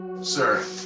sir